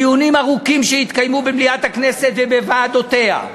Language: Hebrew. בדיונים ארוכים שהתקיימו במליאת הכנסת ובוועדותיה: